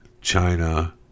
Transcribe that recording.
China